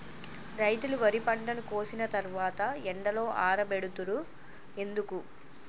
రైతులు వరి పంటను కోసిన తర్వాత ఎండలో ఆరబెడుతరు ఎందుకు?